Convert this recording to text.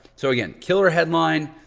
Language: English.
so again, killer headline,